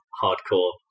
hardcore